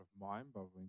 mind-boggling